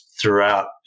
throughout